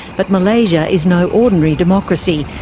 but malaysia is no ordinary democracy,